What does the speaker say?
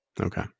Okay